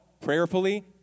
prayerfully